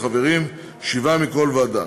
הוועדה תהיה בת 14 חברים, שבעה מכל ועדה.